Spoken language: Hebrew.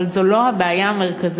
אבל זו לא הבעיה המרכזית.